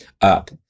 Up